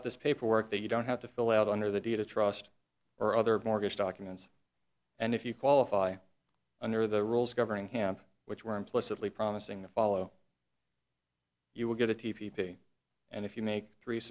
out this paperwork that you don't have to fill out under the data trust or other mortgage documents and if you qualify under the rules governing hamp which were implicitly promising to follow you will get a t v pay and if you make three